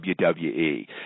WWE